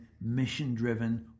mission-driven